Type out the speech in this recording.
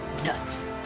Nuts